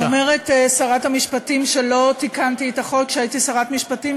אומרת שרת המשפטים שלא תיקנתי את החוק כשהייתי שרת משפטים,